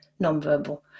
nonverbal